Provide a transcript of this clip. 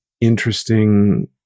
interesting